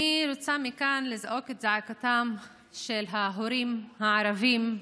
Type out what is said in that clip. אני רוצה מכאן לזעוק את זעקתם של ההורים הערבים,